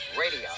radio